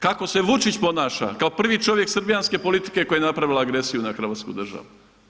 Kako se Vučić ponaša kao prvi čovjek srbijanske politike koja je napravila agresiju na hrvatsku državu.